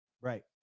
right